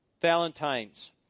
Valentine's